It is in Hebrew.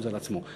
חוזר על עצמו.